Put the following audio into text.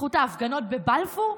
בזכות ההפגנות בבלפור?